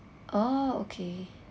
oh okay